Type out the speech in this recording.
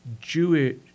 Jewish